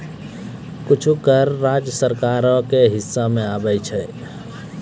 कुछो कर राज्य सरकारो के हिस्सा मे आबै छै